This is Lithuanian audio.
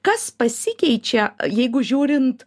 kas pasikeičia jeigu žiūrint